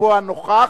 לקבוע נוכח,